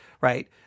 right